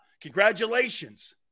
Congratulations